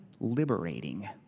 liberating